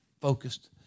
Focused